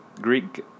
Greek